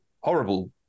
horrible